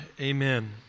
Amen